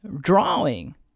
drawing